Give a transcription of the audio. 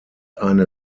eine